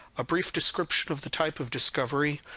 a brief description of the type of discovery,